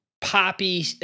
poppy